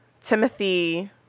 Timothy